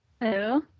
Hello